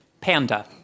Panda